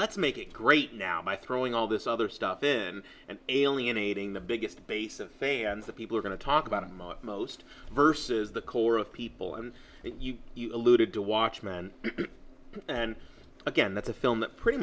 let's make it great now my throwing all this other stuff in and alienating the biggest base of fans that people are going to talk about it most versus the core of people and you alluded to watchmen and again that's a film that pretty